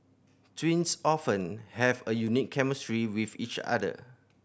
twins often have a unique chemistry with each other